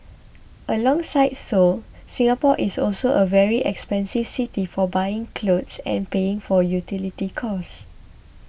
alongside Seoul Singapore is also a very expensive city for buying clothes and paying for utility costs